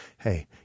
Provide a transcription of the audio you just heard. hey